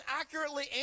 accurately